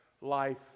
life